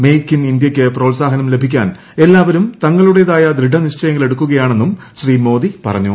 make in ഇന്ത്യയ്ക്ക് പ്രോത്സാഹനം ലൂഭിക്കാ്ൻ എല്ലാവരും തങ്ങളുടേതായ ദൃഢനിശ്ചയങ്ങളെടുക്കുകയാണ്ണെന്നു് ശ്രീ മോദി പറഞ്ഞു